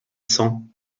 cent